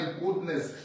goodness